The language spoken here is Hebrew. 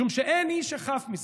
משום שאין איש שחף מזה,